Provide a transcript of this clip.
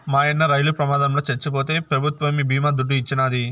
మాయన్న రైలు ప్రమాదంల చచ్చిపోతే పెభుత్వమే బీమా దుడ్డు ఇచ్చినాది